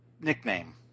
nickname